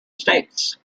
states